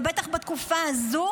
ובטח בתקופה הזו